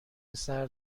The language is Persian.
پسر